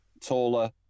taller